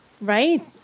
Right